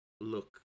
look